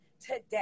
today